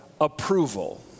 approval